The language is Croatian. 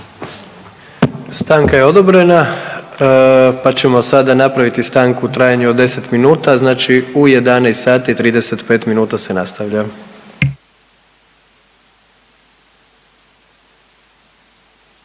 Stanka je odobrena pa ćemo sada napraviti stanku u trajanju od 10 minuta, znači u 11 sati i 35 minuta se nastavlja.